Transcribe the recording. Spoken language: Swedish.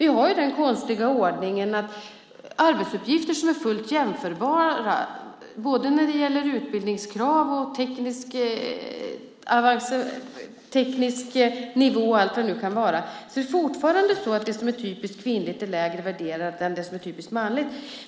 Vi har den konstiga ordningen att för arbetsuppgifter som är fullt jämförbara både när det gäller utbildningskrav, teknisk nivå och vad det nu kan vara är det fortfarande så att det som är typiskt kvinnligt är lägre värderat än det som är typiskt manligt.